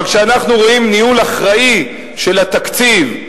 אבל כשאנחנו רואים ניהול אחראי של התקציב,